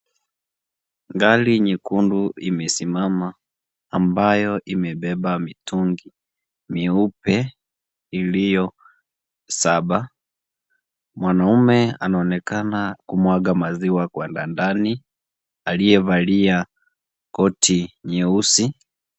Gari nyekundu imesimama ambayo imebeba mitungi meupe iliyo saba, mwanamme anaonekana kumwaga maziwa kwenda ndani aliyevalia koti nyeusi.